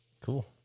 Cool